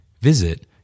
Visit